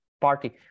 party